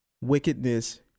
wickedness